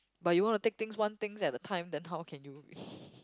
but you want to take things one things at a time then how can you